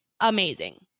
Amazing